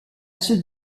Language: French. ceux